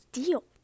deal